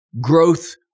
growth